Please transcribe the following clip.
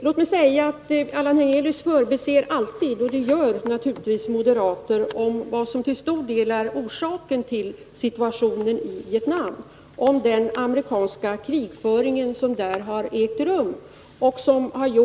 Herr Hernelius bortser alltid — som moderater brukar göra — från vad som tillstor del är orsaken till den besvärliga situationen i Vietnam, nämligen den amerikanska krigföring som har ägt rum där.